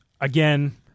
again